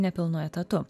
nepilnu etatu